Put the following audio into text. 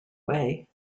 way